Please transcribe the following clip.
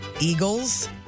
Eagles